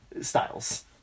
styles